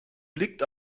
blickt